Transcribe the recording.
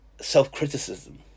self-criticism